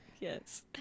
Yes